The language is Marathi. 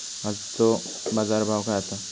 आजचो बाजार भाव काय आसा?